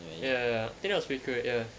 ya ya think that was pretty cool eh ya